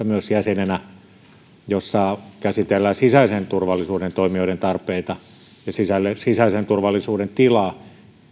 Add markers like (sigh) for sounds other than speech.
(unintelligible) myös jäsenenä hallintovaliokunnassa jossa käsitellään sisäisen turvallisuuden toimijoiden tarpeita ja sisäisen turvallisuuden tilaa